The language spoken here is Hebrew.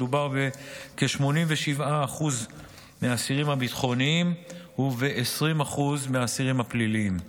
מדובר בכ-87% מהאסירים הביטחוניים ובכ-20% מהאסירים הפליליים.